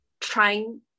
trying